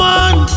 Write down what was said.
one